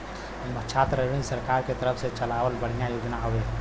छात्र ऋण सरकार के तरफ से चलावल बढ़िया योजना हौवे